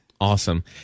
Awesome